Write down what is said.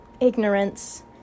ignorance